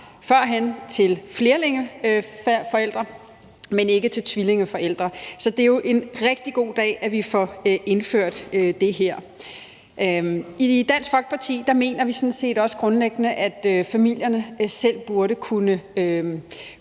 førhen var til flerlingeforældre, men ikke til tvillingeforældre. Så det er en rigtig god dag, når vi får indført det her. I Dansk Folkeparti mener vi sådan set også grundlæggende, at familierne selv burde kunne